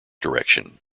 direction